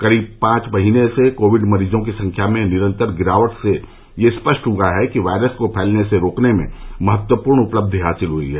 करीब पांच महीने से कोविड मरीजों की संख्या में निरंतर गिरावट से यह स्पष्ट हुआ है कि वायरस को फैलने से रोकने में महत्वपूर्ण उपलब्धि हासिल हुई है